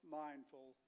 mindful